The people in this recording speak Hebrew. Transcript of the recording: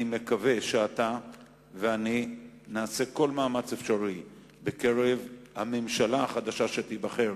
אני מקווה שאתה ואני נעשה כל מאמץ אפשרי בקרב הממשלה החדשה שתיבחר,